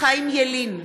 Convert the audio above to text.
חיים ילין,